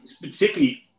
Particularly